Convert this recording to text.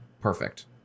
perfect